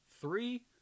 three